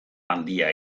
handia